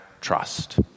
trust